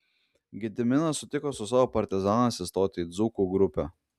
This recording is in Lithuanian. gediminas sutiko su savo partizanais įstoti į dzūkų grupę